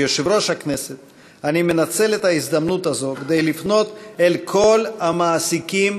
כיושב-ראש הכנסת אני מנצל את ההזדמנות הזאת כדי לפנות אל כל המעסיקים,